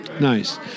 Nice